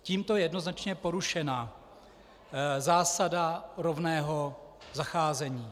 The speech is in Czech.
Tímto je jednoznačně porušena zásada rovného zacházení.